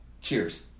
Cheers